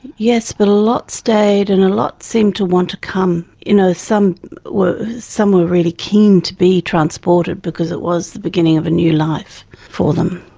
yes, but a lot stayed and a lot seemed to want to come, you know some were some were really keen to be transported because it was the beginning of a new life for them.